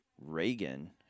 Reagan